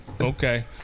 Okay